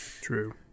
true